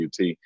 UT